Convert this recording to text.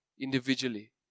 individually